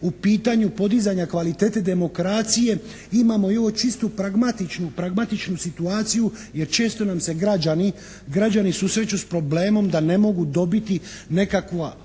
u pitanju podizanja kvalitete demokracije imamo i ovu čistu pragmatičnu situaciju jer često nam se građani susreću s problemom da ne mogu dobiti nekakva